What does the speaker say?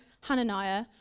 Hananiah